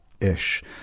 ish